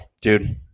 dude